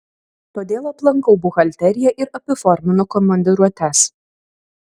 todėl aplankau buhalteriją ir apiforminu komandiruotes